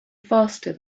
faster